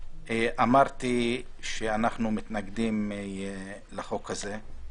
אמרתי שאנחנו מתנגדים לחוק הזה.